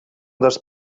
dels